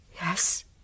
yes